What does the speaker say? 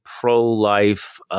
pro-life